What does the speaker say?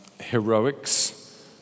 heroics